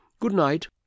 Good-night